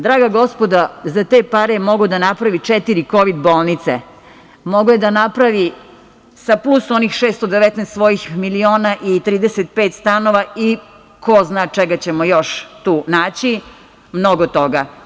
Draga gospodo za te pare je mogao da napravi četiri kovid bolnice, mogao je da napravi, sa plus oni 619 svojih miliona i 35 stanova i ko zna čega ćemo još naći, mnogo toga.